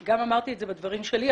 גם אמרתי את זה בדברים שלי,